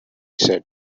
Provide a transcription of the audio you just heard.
said